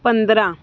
ਪੰਦਰਾਂ